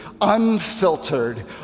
unfiltered